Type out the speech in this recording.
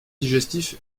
digestif